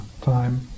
time